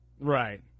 Right